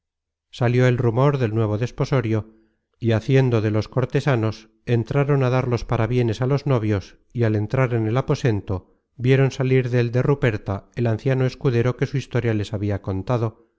salió el rumor del nuevo desposorio y haciendo de los cortesanos entraron á dar los parabienes á los novios y al entrar en el aposento vieron salir del de ruperta el anciano escudero que su historia les habia contado